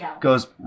goes